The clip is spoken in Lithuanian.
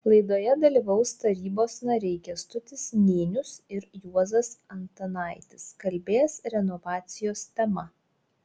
laidoje dalyvaus tarybos nariai kęstutis nėnius ir juozas antanaitis kalbės renovacijos tema